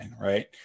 Right